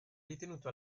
ritenuto